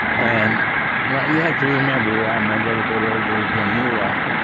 and well, you have to remember i'm a little bit older than you are